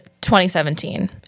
2017